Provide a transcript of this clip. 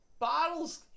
bottles